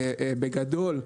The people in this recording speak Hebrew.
בגדול,